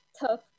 tough